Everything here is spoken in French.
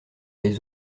les